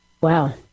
wow